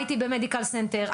הייתי במדיקל סנטר,